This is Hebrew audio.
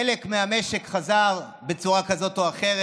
חלק מהמשק חזר בצורה כזאת או אחרת.